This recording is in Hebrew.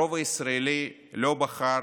הרוב הישראלי לא בחר